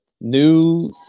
new